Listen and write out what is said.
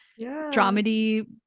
dramedy